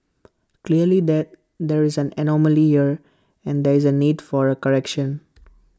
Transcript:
clearly there there is an anomaly here and there is A need for A correction